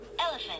Elephant